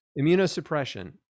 immunosuppression